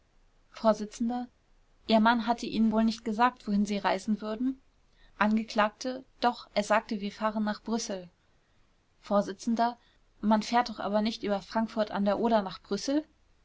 vors ihr mann hatte ihnen wohl nicht gesagt wohin sie reisen würden angekl doch er sagte wir fahren nach brüssel vors man fährt doch aber nicht über frankfurt a d o nach brüssel